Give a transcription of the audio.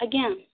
ଆଜ୍ଞା